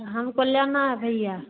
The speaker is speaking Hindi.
हमको लेना है भैया